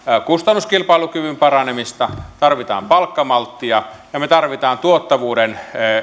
kustannuskilpailukyvyn paranemista tarvitaan palkkamalttia ja tarvitaan tuottavuuden